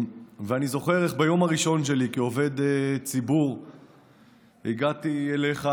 ואני זוכר איך ביום הראשון שלי כעובד ציבור הגעתי אליך,